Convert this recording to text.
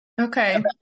Okay